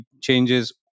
changes